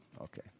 okay